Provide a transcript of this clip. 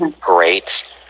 great